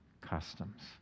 customs